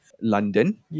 London